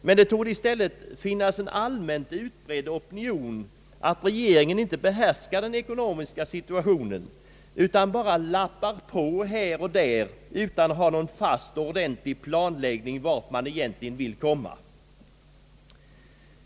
Men det torde i stället finnas en allmänt utbredd opinion att regeringen inte behärskar den ekonomiska situationen utan bara lappar på här och där utan att ha någon fast och ordentlig planläggning av vart man egentligen vill komma.